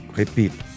repito